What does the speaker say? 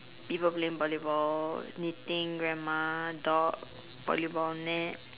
people playing volleyball knitting grandma dog volleyball new